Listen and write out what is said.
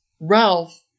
Ralph